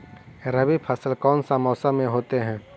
रवि फसल कौन सा मौसम में होते हैं?